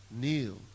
kneel